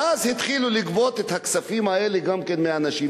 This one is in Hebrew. ואז התחילו לגבות את הכספים האלה גם כן מהאנשים.